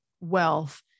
wealth